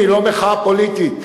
היא לא מחאה פוליטית,